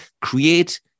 create